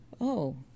Oh